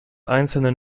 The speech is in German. einzelnen